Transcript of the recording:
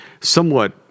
somewhat